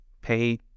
pay